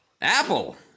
Apple